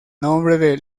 nombre